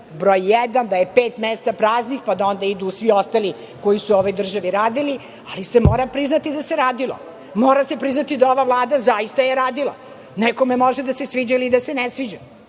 broj jedan, da je pet mesta praznih pa da onda idu svi ostali koji su u ovoj državi radili, ali se mora priznati da se radilo, mora se priznati da ova Vlada zaista je radila. Nekome može da se sviđa ili da se ne sviđa,